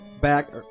back